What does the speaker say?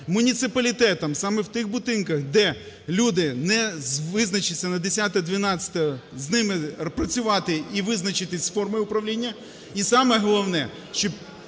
муніципалітетам саме в тих будинках, де люди не визначаться на 10.12-е з ними працювати і визначитись з формою управління. І саме головне,